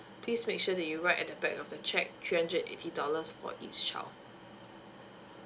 please make sure that you write at the back of the check three hundred eighty dollars for each child